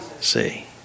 See